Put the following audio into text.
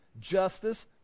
justice